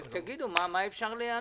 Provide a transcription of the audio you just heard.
ותגידו מה ניתן להיענות.